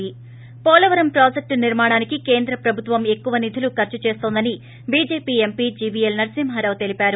ి పోలవరం ప్రాజెక్టు నిర్మాణానికి కేంద్ర ప్రభుత్వం ఎక్కువ నిధులు ఖర్చు చేస్తోందని బీజేపీ ఎంపీ జీవీఎల్ నరసింహరావు తెలిపారు